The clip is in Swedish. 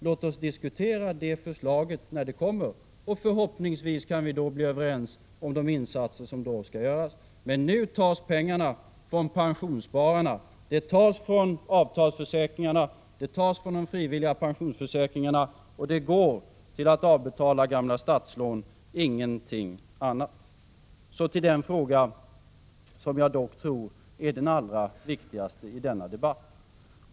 Låt oss diskutera det förslaget när det kommer, och förhoppningsvis kan vi då bli överens om de insatser som skall göras. Men nu tas pengarna från pensionsspararna, från avtalsförsäkringarna, från de frivilliga pensionsförsäkringarna, och de går till att avbetala gamla statslån, ingenting annat. Så till den fråga som jag tror är den allra viktigaste i denna debatt.